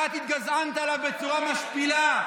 ואת התגזענת עליו בצורה משפילה.